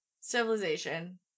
civilization